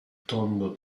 tondo